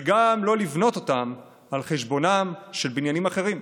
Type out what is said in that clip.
וגם לא לבנות אותם על חשבונם של בניינים אחרים.